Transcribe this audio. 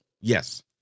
yes